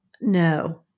No